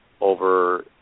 over